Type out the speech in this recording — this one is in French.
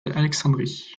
alexandrie